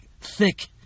thick